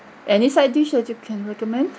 any side dish that you can recommend